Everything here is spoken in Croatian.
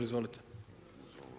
Izvolite.